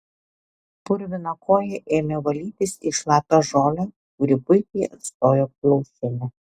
purviną koją ėmė valytis į šlapią žolę kuri puikiai atstojo plaušinę